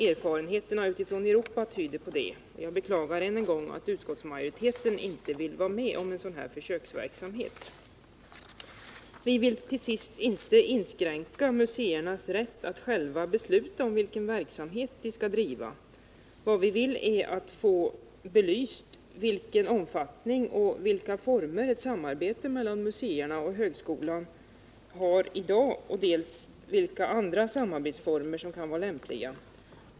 Erfarenheterna ute i Europa tyder på det. Jag beklagar än en gång att utskottsmajoriteten inte vill vara med om en sådan försöksverksamhet. Till sist vill jag säga att vi inte vill inskränka museernas rätt att själva besluta om vilken verksamhet de skall driva. Vad vi vill är att få belyst dels vilken omfattning och vilka former ett samarbete mellan museerna och högskolan har i dag, dels vilka andra samarbetsformer som kan vara lämpliga.